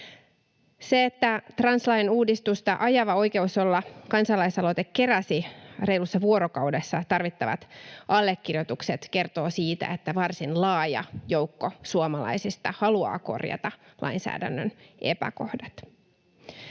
Se, että translain uudistusta ajava Oikeus olla ‑kansalaisaloite keräsi reilussa vuorokaudessa tarvittavat allekirjoitukset, kertoo siitä, että varsin laaja joukko suomalaisista haluaa korjata lainsäädännön epäkohdat.